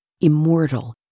Immortal